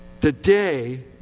Today